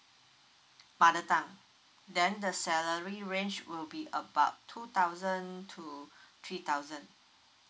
mother tongue then the salary range will be about two thousand to three thousand